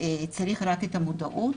צריך רק את המודעות.